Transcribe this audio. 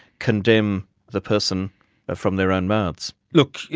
condemn the person from their own mouths. look,